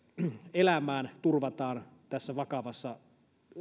elämään turvataan tässä vakavassa